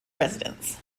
residents